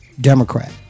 Democrat